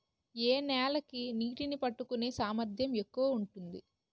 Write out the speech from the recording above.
ఏ నేల కి నీటినీ పట్టుకునే సామర్థ్యం ఎక్కువ ఉంటుంది?